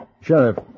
Sheriff